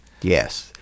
yes